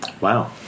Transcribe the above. Wow